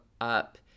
up